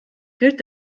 gilt